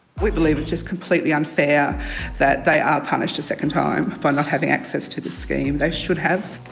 we believe it's just completely unfair that they are punished a second time by not having access to this scheme they should have.